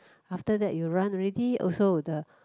after that you run already also the